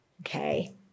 Okay